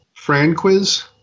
Franquiz